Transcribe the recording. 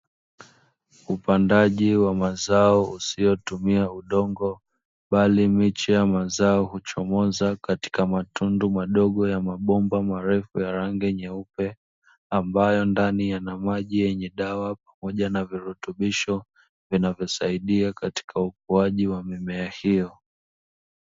Upandaji wa mazao usiotumia udongo bali miche ya mazao huchomoza katika matundu madogo ya mabomba marefu ya rangi nyeupe, ambayo ndani yana maji yenye dawa pamoja na virutubisho, vinavyosaiia katika ukuaji wa mimea hiyo.